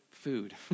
food